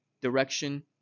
direction